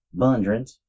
Bundrant